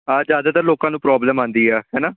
ਹਾਂ ਜ਼ਿਆਦਾਤਰ ਲੋਕਾਂ ਨੂੰ ਪ੍ਰੋਬਲਮ ਆਉਂਦੀ ਆ ਹੈ ਨਾ